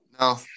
no